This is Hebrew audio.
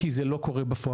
כי זה לא קורה בפועל,